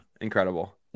incredible